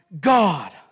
God